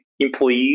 Employees